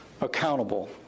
accountable